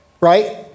right